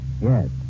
Yes